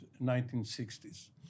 1960s